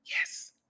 Yes